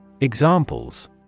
Examples